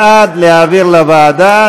בעד, להעביר לוועדה.